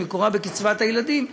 שמקורה בקצבת הילדים,